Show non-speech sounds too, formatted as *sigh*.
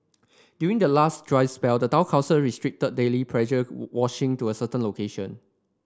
during the last dry spell the town council restricted daily pressure *unintelligible* washing to a certain location